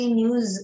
news